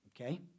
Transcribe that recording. Okay